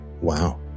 Wow